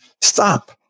stop